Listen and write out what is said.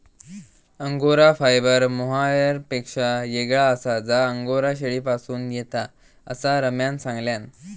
angora fibre मोहायरपेक्षा येगळा आसा जा अंगोरा शेळीपासून येता, असा रम्यान सांगल्यान